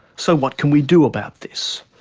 so what can we do about this?